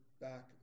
back